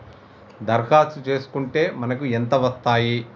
దరఖాస్తు చేస్కుంటే మనకి ఎంత వస్తాయి?